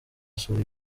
asura